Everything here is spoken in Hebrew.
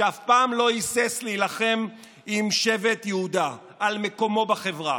שאף פעם לא היסס להילחם עם שבט יהודה על מקומו בחברה.